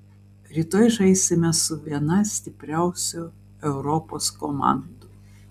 rytoj žaisime su viena stipriausių europos komandų